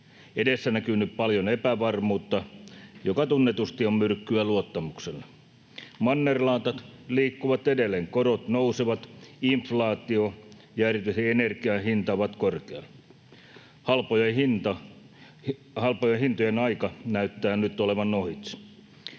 Edessä näkyy nyt paljon epävarmuutta, joka tunnetusti on myrkkyä luottamukselle. Mannerlaatat liikkuvat edelleen: korot nousevat, inflaatio ja erityisesti energian hinta ovat korkealla. Halpojen hintojen aika näyttää nyt olevan ohitse.